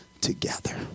together